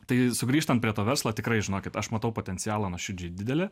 tai sugrįžtant prie to verslo tikrai žinokit aš matau potencialą nuoširdžiai didelį